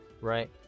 right